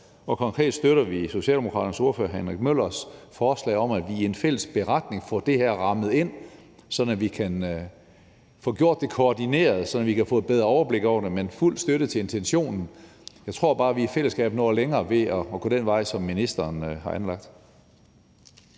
og konkret støtter vi Socialdemokraternes ordfører, hr. Henrik Møllers, forslag om, at vi i en fælles beretning får det her rammet ind, så vi kan få gjort det koordineret, og så vi kan få et bedre overblik over det. Men fuld støtte til intentionen i forslaget, jeg tror bare, at vi i fællesskab når længere ved at gå den vej, som ministeren har anlagt.